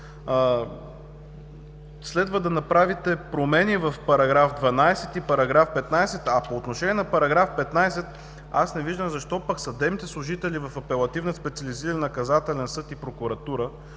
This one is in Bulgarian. Следва да направите промени в § 12 и § 15, а по отношение на § 15 аз не виждам защо пък съдебните служители в Апелативен специализиран наказателен съд и прокуратура